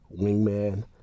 wingman